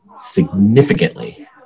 significantly